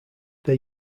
they